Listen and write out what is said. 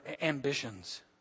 Ambitions